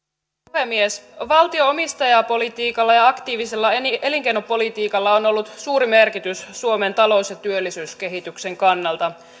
puhemies valtion omistajapolitiikalla ja aktiivisella elinkeinopolitiikalla on ollut suuri merkitys suomen talous ja työllisyyskehityksen kannalta